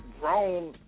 grown